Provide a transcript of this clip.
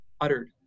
uttered